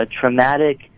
traumatic